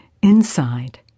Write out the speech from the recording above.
Inside